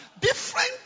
different